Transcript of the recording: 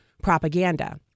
propaganda